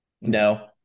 No